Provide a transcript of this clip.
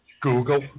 Google